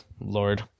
Lord